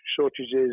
shortages